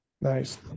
Nice